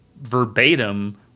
verbatim